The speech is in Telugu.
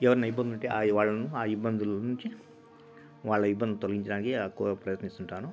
ఎవరినయినా ఇబ్బంది పెట్టి వాళ్ళను ఇబ్బందులనించి వాళ్ళ ఇబ్బందులను తొలగించటానికి కో ప్రయత్నిస్తుంటాను